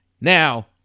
Now